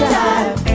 time